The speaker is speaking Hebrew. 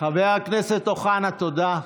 חבר הכנסת אוחנה, תודה.